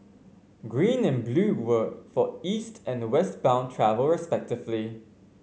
green and blue were for East and West bound travel respectively